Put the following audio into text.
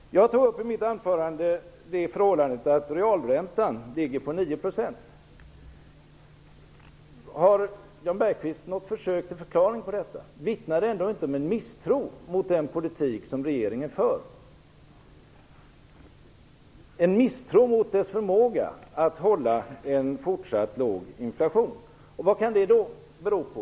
Jag tog i mitt anförande upp det förhållandet att realräntan ligger på 9 %. Har Jan Bergqvist något försök till förklaring på detta? Vittnar det ändå inte om en misstro mot den politik som regeringen för, en misstro mot dess förmåga att hålla en fortsatt låg inflation? Vad kan det då bero på?